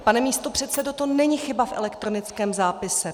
Pane místopředsedo, to není chyba v elektronickém zápise.